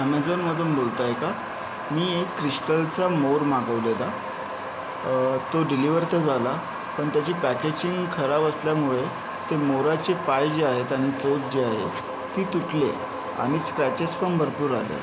अमेझॉनमधून बोलत आहे का मी एक क्रिस्टलचा मोर मागवलेला तो डिलिव्हर तर झाला पण त्याची पॅकेजिंग खराब असल्यामुळे ते मोराचे पाय जे आहेत आणि चोच जी आहे ती तुटली आहे आणि स्क्रॅचेस पण भरपूर आले आहेत